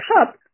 Cup